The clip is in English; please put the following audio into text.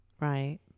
right